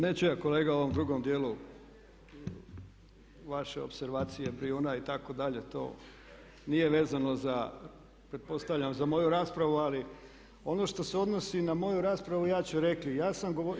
Neću ja kolega o ovom drugom dijelu vaše opservacije Brijuna itd., to nije vezano za pretpostavljam za moju raspravu, ali ono što se odnosi na moju raspravu ja ću reći.